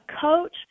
coach